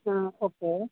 ಹಾಂ ಓಕೆ